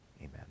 Amen